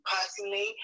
personally